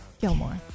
Gilmore